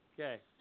Okay